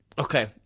okay